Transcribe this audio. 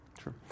Sure